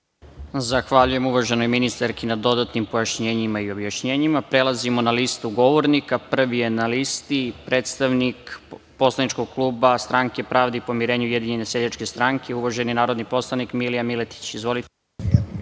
Zahvaljujem uvaženoj ministarki na dodatnim pojašnjenjima i objašnjenjima. Prelazimo na listu govornika. Prvi je na listi predstavnik poslaničkog kluba Stranke pravde i pomirenja i Ujedinjene seljačke stranke, uvaženi narodni poslanik Milija Miletić.